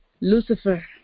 Lucifer